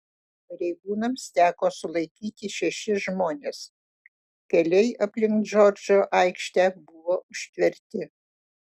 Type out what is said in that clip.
pareigūnams teko sulaikyti šešis žmones keliai aplink džordžo aikštę buvo užtverti